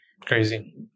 crazy